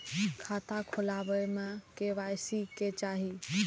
खाता खोला बे में के.वाई.सी के चाहि?